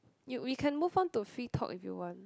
you we can move on to free talk if you want